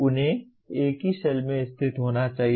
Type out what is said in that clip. उन्हें एक ही सेल में स्थित होना चाहिए